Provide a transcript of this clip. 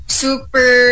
super